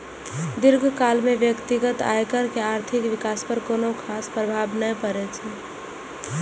दीर्घकाल मे व्यक्तिगत आयकर के आर्थिक विकास पर कोनो खास प्रभाव नै पड़ै छै